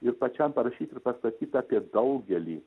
ir pačiam parašyt ir pastatyt apie daugelį